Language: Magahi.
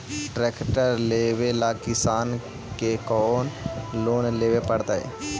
ट्रेक्टर लेवेला किसान के कौन लोन लेवे पड़तई?